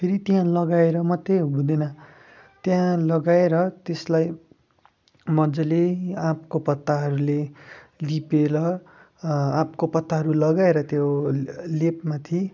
फेरि त्यहाँ लगाएर मात्रै हुँदैन त्यहाँ लगाएर त्यसलाई मज्जाले आँपको पत्ताहरूले लिपेर आँपको पत्ताहरू लगाएर त्यो लेपमाथि